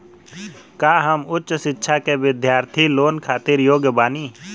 का हम उच्च शिक्षा के बिद्यार्थी लोन खातिर योग्य बानी?